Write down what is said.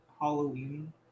Halloween